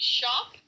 shop